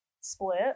Split